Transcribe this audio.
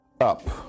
up